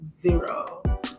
zero